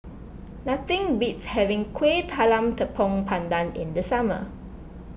nothing beats having Kueh Talam Tepong Pandan in the summer